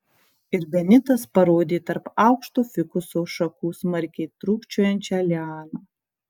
ir benitas parodė tarp aukšto fikuso šakų smarkiai trūkčiojančią lianą